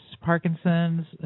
Parkinson's